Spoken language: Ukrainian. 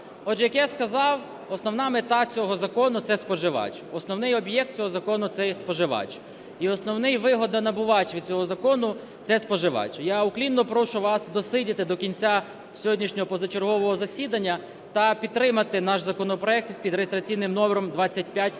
Отже, як я сказав, основна мета цього закону – це споживач, основний об'єкт цього закону – це є споживач і основний вигодонабувач від цього закону – це споживач. Я уклінно прошу вас досидіти до кінця сьогоднішнього позачергового засідання та підтримати наш законопроект під реєстраційним номером 2553.